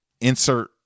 insert